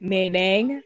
Meaning